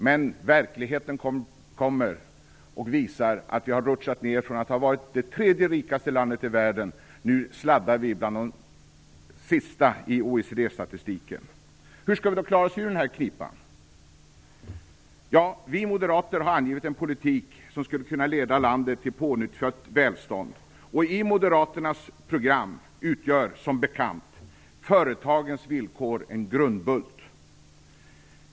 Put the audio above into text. Men verkligheten kommer och visar att vi har rutschat ned från att ha varit det tredje rikaste landet i världen. Nu sladdar vi bland de sista i OECD-statistiken. Hur skall vi då klara oss ur den här knipan? Ja, vi moderater har angivit en politik som skulle kunna leda landet till pånyttfött välstånd. I Moderaternas program utgör, som bekant, företagens villkor en grundbult.